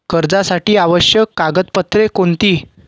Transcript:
कर्जासाठी आवश्यक कागदपत्रे कोणती?